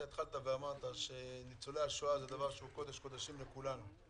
אתה אמרת שניצולי השואה הם קודש קודשים לכולנו,